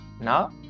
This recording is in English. Now